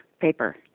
paper